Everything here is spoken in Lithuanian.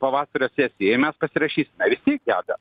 pavasario sesiją i mes pasirašysime vis tiek deda